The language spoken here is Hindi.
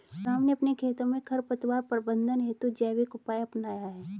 राम ने अपने खेतों में खरपतवार प्रबंधन हेतु जैविक उपाय अपनाया है